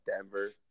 Denver